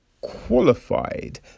qualified